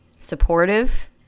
supportive